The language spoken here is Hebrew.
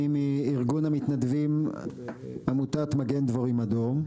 אני מארגון המתנדבים עמותת מגן דבורים אדום.